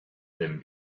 them